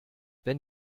wenn